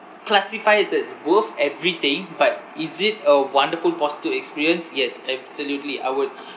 classify it as worth everything but is it a wonderful positive experience yes absolutely I would